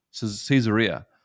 Caesarea